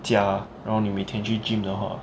家然后你每天去 gym 的话